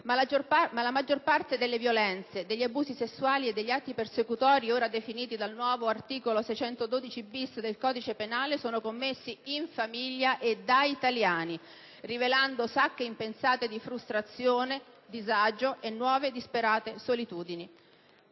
ma la maggior parte delle violenze, degli abusi sessuali e degli atti persecutori ora definiti dal nuovo articolo 612-*bis* del codice penale sono commessi in famiglia e da italiani, rivelando sacche impensate di frustrazione, disagio e nuove disperate solitudini.